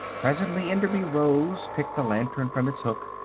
presently enderby rose, picked a lantern from its hook,